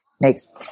Next